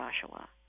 Joshua